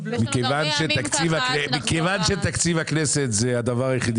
מכיוון שתקציב הכנסת הוא הדבר היחידי,